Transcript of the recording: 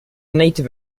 native